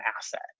asset